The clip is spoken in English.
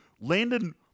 Landon